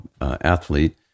athlete